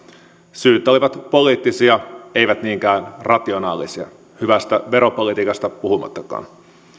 syyt olivat poliittisia eivät niinkään rationaalisia hyvästä veropolitiikasta puhumattakaan